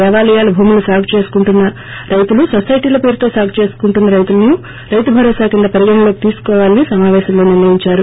దేవాలయాల భూములను సాగు చేసుకుంటున్న రైతులు నొసైటీల పేరుతో సాగు చేసుకుంటున్న రైతులనూ రైతు భరోసా కింద పరిగణలోకి తీసుకోవాలని సమాపేశంలో నిర్ణయించారు